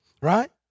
right